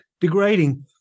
degrading